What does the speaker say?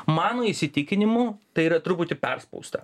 mano įsitikinimu tai yra truputį perspausta